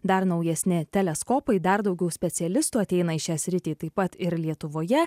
dar naujesni teleskopai dar daugiau specialistų ateina į šią sritį taip pat ir lietuvoje